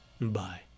Bye